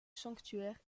sanctuaire